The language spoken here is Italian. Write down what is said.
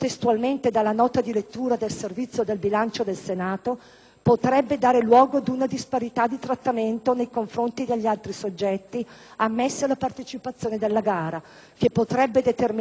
«potrebbe dare luogo ad una disparità di trattamento nei confronti degli altri soggetti ammessi alla partecipazione alla gara (...) che potrebbe determinare l'apertura di una procedura di infrazione comunitaria».